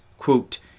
Quote